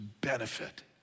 benefit